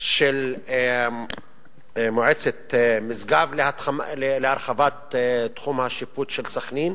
של מועצת משגב להרחבת תחום השיפוט של סח'נין,